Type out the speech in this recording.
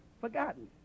forgotten